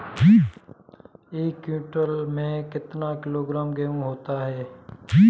एक क्विंटल में कितना किलोग्राम गेहूँ होता है?